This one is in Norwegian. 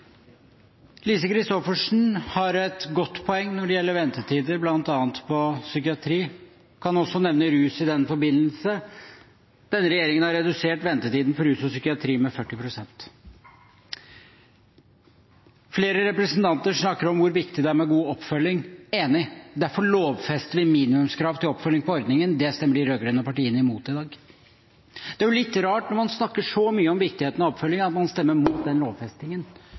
Lise Christoffersen har et godt poeng når det gjelder ventetid bl.a. på psykiatri – jeg kan også nevne rus i den forbindelse. Denne regjeringen har redusert ventetiden for rus og psykiatri med 40 pst. Flere representanter snakker om hvor viktig det er med god oppfølging. Enig – derfor lovfester vi minimumskrav til oppfølging av ordningen. Det stemmer de rød-grønne partiene i mot i dag. Det er litt rart når man snakker så mye om viktigheten av oppfølging, at man stemmer imot den lovfestingen.